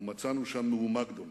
ומצאנו שם מהומה גדולה.